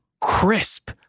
crisp